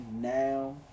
now